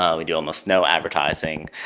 um we do almost no advertising.